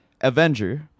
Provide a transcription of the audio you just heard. Avenger